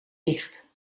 dicht